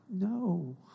no